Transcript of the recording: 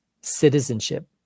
citizenship